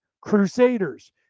Crusaders